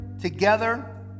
together